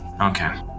Okay